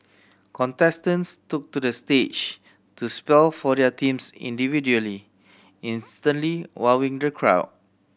contestants took to the stage to spell for their teams individually instantly wowing the crowd